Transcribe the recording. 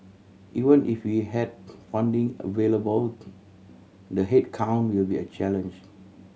even if we had funding available the headcount will be a challenge